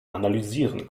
analysieren